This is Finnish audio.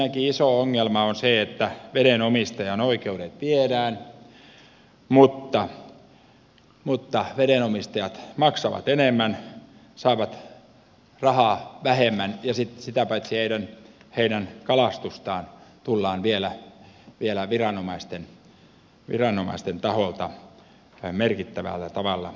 ensinnäkin iso ongelma on se että vedenomistajan oikeudet viedään mutta vedenomistajat maksavat enemmän saavat rahaa vähemmän ja sitä paitsi heidän kalastustaan tullaan vielä viranomaisten taholta merkittävällä tavalla rajoittamaan